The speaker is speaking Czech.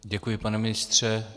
Děkuji, pane ministře.